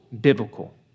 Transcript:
biblical